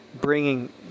bringing